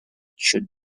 should